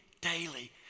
daily